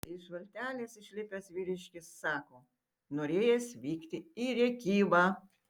iš valtelės išlipęs vyriškis sako norėjęs vykti į rėkyvą